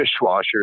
dishwasher